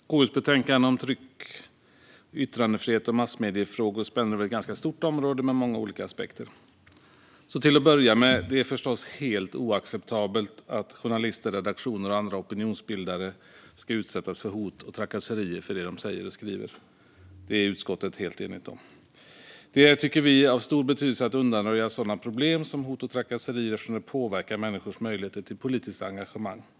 Fru talman! KU:s betänkande om tryck och yttrandefrihet och massmediefrågor spänner över ett ganska stort område med många olika aspekter. Till att börja med: Det är förstås helt oacceptabelt att journalister, redaktioner och andra opinionsbildare ska utsättas för hot och trakasserier för det de skriver och säger. Det är utskottet helt enigt om. Det är, tycker vi, av stor betydelse att undanröja sådana problem som hot och trakasserier eftersom det påverkar människors möjligheter till politiskt engagemang.